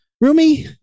Rumi